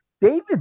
David